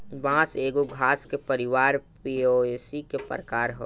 बांस एगो घास के परिवार पोएसी के प्रकार ह